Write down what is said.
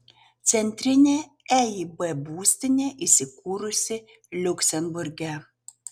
centrinė eib būstinė įsikūrusi liuksemburge